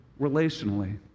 relationally